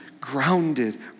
grounded